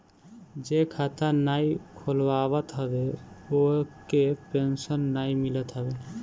जे खाता नाइ खोलवावत हवे ओके पेंशन नाइ मिलत हवे